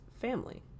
family